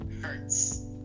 hurts